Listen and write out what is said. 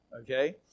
Okay